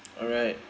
alright